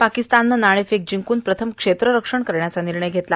पाकिस्तानं नाणेफेक जिंकूण प्रथम क्षेत्ररक्षण करण्याचा निर्णय घेतला